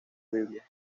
biblia